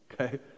Okay